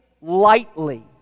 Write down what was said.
lightly